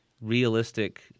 realistic